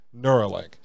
Neuralink